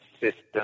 system